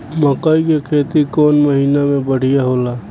मकई के खेती कौन महीना में बढ़िया होला?